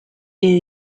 air